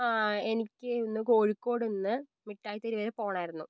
ആ എനിക്ക് ഇന്ന് കോഴിക്കോടൊന്ന് മിഠായി തെരുവ് വരെ പോകണമായിരുന്നു